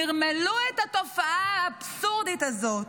נרמלו את התופעה האבסורדית הזאת.